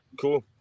Cool